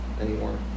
anymore